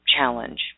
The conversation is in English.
challenge